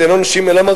אין עונשין אלא,